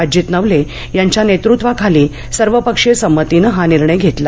अजित नवले यांच्या नेतृत्वाखाली सर्वपक्षीय संमतीनं हा निर्णय घेतला